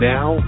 Now